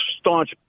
staunch